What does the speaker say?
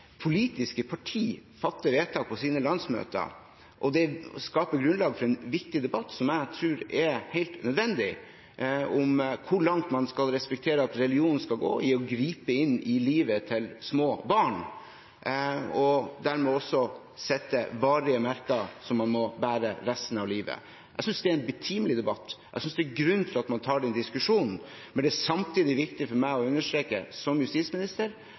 politiske partier fatter vedtak på sine landsmøter, og det skaper grunnlag for en viktig debatt, som jeg tror er helt nødvendig, om hvor langt man skal respektere at religionen griper inn i livet til små barn, og dermed også sette varige merker som man må bære resten av livet. Jeg synes det er en betimelig debatt. Jeg synes det er en grunn til at man tar den diskusjonen. Men det er samtidig viktig for meg som justisminister å understreke